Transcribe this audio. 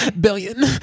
billion